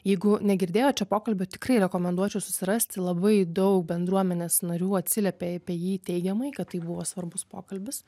jeigu negirdėjot šio pokalbio tikrai rekomenduočiau susirasti labai daug bendruomenės narių atsiliepė apie jį teigiamai kad tai buvo svarbus pokalbis